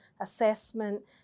assessment